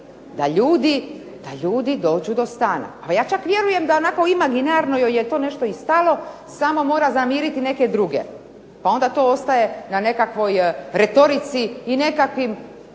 da ljudi dođu do stana? Pa ja čak vjerujem da onako imaginarno joj je to nešto i stalo samo mora zamiriti neke druge, pa onda to ostaje na nekakvoj retorici i nekakvim